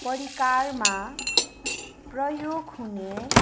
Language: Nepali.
परिकारमा प्रयोग हुने